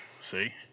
See